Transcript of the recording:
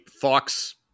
Fox